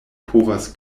povas